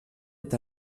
est